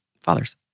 fathers